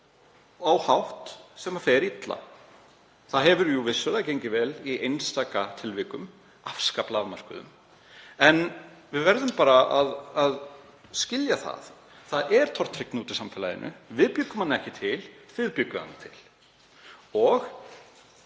á hátt sem fer illa. Það hefur vissulega gengið vel í einstaka tilvikum, afskaplega afmörkuðum, en við verðum bara að skilja að það er tortryggni úti í samfélaginu. Við bjuggum hana ekki til, þið bjugguð hana til.